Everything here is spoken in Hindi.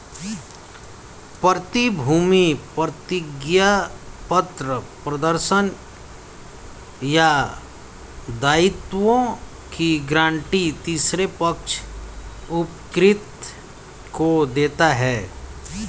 प्रतिभूति प्रतिज्ञापत्र प्रदर्शन या दायित्वों की गारंटी तीसरे पक्ष उपकृत को देता है